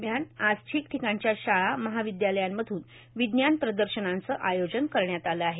दरम्यान आज ठिकठिकाणच्या शाळा महाविदयालयांमधून विज्ञान प्रदर्शनांचं आयोजन करण्यात आलं आहे